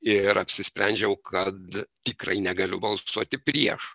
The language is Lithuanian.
ir apsisprendžiau kad tikrai negaliu balsuoti prieš